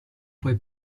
puoi